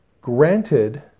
granted